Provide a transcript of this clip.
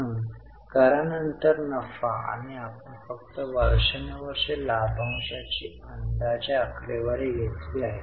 म्हणूनच पी आणि एलमधून दिसते त्या वर्षाच्या एकूण 6000 करांपैकी 5000 वेगळे आहेत म्हणजे त्यांना नंतर पैसे दिले जातील